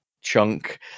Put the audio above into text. chunk